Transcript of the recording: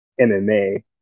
MMA